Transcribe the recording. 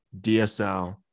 DSL